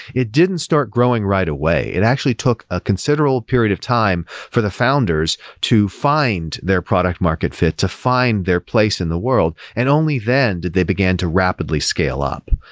it didn't start growing right away. it actually took a considerable period of time for the founders to find their product market fit, to find their place in the world, and only then did they began to rapidly scale up.